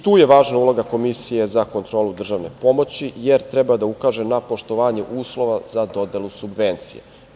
Tu je važna uloga Komisije za kontrolu državne pomoći jer treba da ukaže na poštovanje uslova za dodelu subvencija.